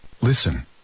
listen